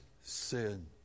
sin